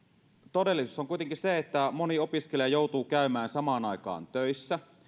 todellisuus on kuitenkin se että moni opiskelija joutuu käymään samaan aikaan töissä